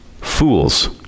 Fools